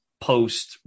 post